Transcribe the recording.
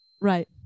right